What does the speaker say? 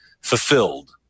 fulfilled